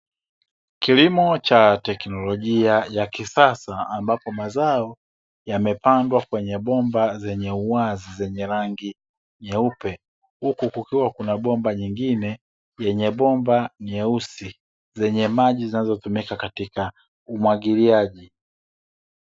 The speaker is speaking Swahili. Kilimo cha teknolojia ya kisasa ambapo mazao yamepandwa kwenye bomba zenye uwazi zenye rangi nyeupe, huku kukiwa kuna bomba lengine lenye bomba nyeusi zenye maji zinazotumika katika umwagiliaji.